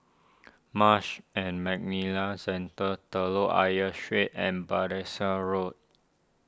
Marsh and McLennan Centre Telok Ayer Street and Battersea Road